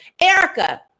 Erica